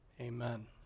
Amen